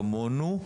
כמונו,